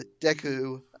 Deku